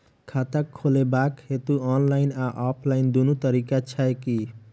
खाता खोलेबाक हेतु ऑनलाइन आ ऑफलाइन दुनू तरीका छै की?